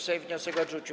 Sejm wniosek odrzucił.